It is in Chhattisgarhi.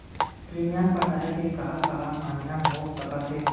प्रीमियम पटाय के का का माधयम हो सकत हे?